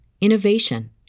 innovation